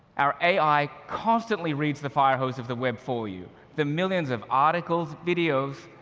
our ai constantly reads the firehose of the web for you the millions of articles, videos,